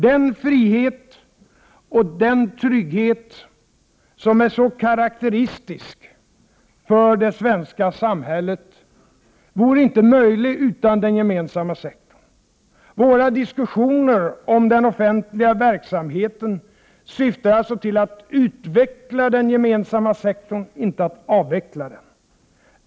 Den frihet och trygghet som är så karakteristisk för det svenska samhället vore inte möjlig utan den gemensamma sektorn. Våra diskussioner om den offentliga verksamheten syftar alltså till att utveckla den gemensamma sektorn, inte att avveckla den.